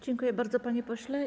Dziękuję bardzo, panie pośle.